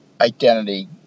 identity